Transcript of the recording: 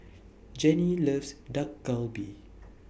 Jennie loves Dak Galbi